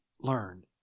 learned